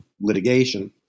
litigation